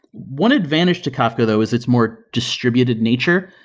one advantage to kafka though is it's more distributed nature.